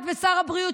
את ושר הבריאות,